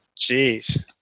Jeez